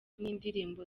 n’indirimbo